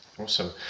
Awesome